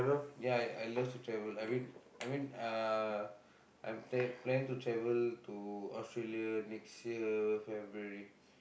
ya I I love to travel I mean I mean uh I'm planning planning to travel to Australia next year February